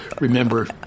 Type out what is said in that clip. remember